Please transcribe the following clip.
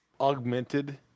augmented